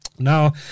Now